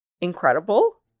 incredible